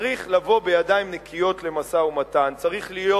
צריך לבוא בידיים נקיות למשא-ומתן, צריך להיות